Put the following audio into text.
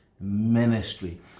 ministry